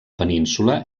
península